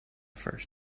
first